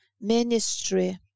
ministry